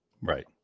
Right